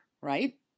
right